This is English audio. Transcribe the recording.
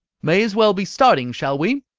may as well be starting, shall we?